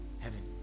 heaven